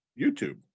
YouTube